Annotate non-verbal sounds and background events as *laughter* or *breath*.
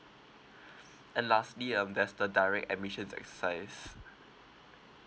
*breath* and lastly um that's the direct admissions exercise